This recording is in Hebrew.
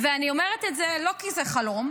אני אומרת את זה לא כי זה חלום,